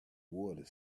water